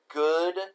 good